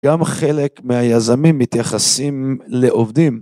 גם חלק מהיזמים מתייחסים לעובדים.